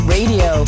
Radio